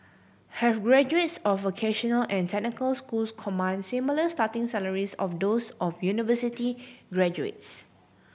have graduates of vocational and technical schools command similar starting salaries of those of university graduates